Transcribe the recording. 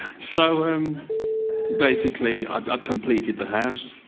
so um basically i'd ah completed the house.